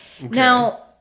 Now